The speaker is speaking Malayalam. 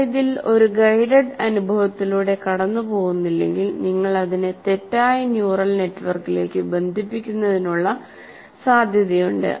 നിങ്ങൾ ഇതിൽ ഒരു ഗൈഡഡ് അനുഭവത്തിലൂടെ കടന്നുപോകുന്നില്ലെങ്കിൽ നിങ്ങൾ അതിനെ തെറ്റായ ന്യൂറൽ നെറ്റ്വർക്കിലേക്ക് ബന്ധിപ്പിക്കുന്നതിനുള്ള സാധ്യതയുണ്ട്